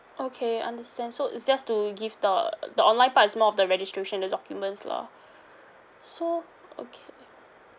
okay understand so it's just to give the uh the online part is more of the registration of the documents lah so okay